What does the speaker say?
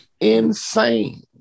insane